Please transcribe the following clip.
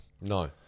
No